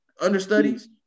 understudies